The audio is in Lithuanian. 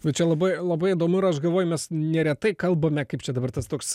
bet čia labai labai įdomu ir aš galvoju mes neretai kalbame kaip čia dabar tas toks